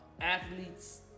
athletes